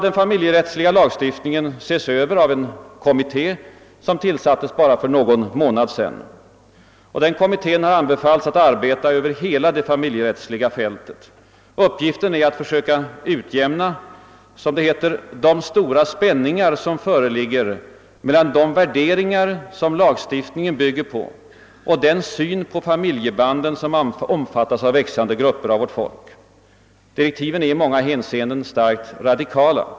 Den familjerättsliga lagstiftningen skall nu ses över av en kommitté, som tillsattes bara för någon månad sedan. Denna kommitté har anbefallts att arbeta över hela det familjerättsliga fältet. Dess uppgift är att försöka utjämna de, som det heter, >stora spänningar som föreligger mellan de värderingar som lagstiftningen bygger på och den syn på familjebanden som omfattas av växande grupper av vårt folk>. Direktiven är i många hänseenden starkt radikala.